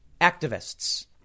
Activists